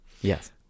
Yes